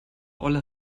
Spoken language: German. olle